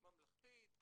ממלכתית,